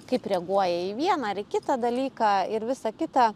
kaip reaguoja į vieną ar į kitą dalyką ir visa kita